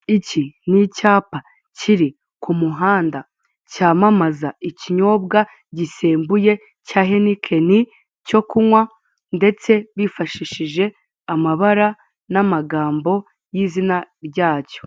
Iki ni icyapa kiri ku muhanda, cyamamaza ikinyobwa gisembuye, cya henikeni, cyo kunywa, ndetse bifashishije amabara n'amagambo y'izina ryacyo.